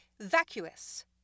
vacuous